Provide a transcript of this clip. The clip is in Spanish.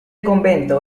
convento